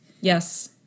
Yes